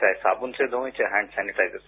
चाहे साबुन से धोएं चाहे हेंड सेनिटाइजर से